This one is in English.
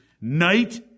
night